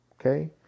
okay